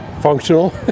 functional